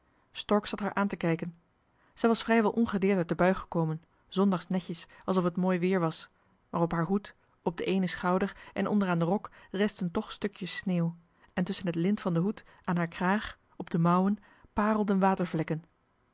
stork zat haar aan te kijken zij was vrijwel ongedeerd uit de bui gekomen zondagsch netjes alsof het mooi weer was maar op haar hoed op den eenen schouder en onder aan den rok restten toch stukjes sneeuw en tusschen het lint van den hoed aan haar kraag op de mouwen parelden